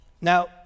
Now